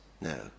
No